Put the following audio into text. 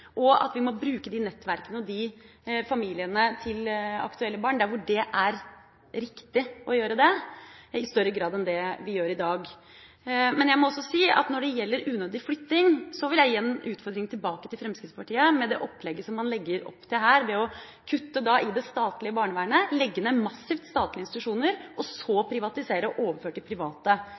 av at vi må rekruttere flere med flerkulturell bakgrunn, og at vi må bruke nettverkene og familiene til aktuelle barn der hvor det er riktig, i større grad enn det vi gjør i dag. Når det gjelder unødig flytting, vil jeg sende utfordringen tilbake til Fremskrittspartiet, fordi man jo legger opp til å kutte i det statlige barnevernet, massivt legge ned statlige institusjoner, privatisere og i stedet gå over til kjøp av private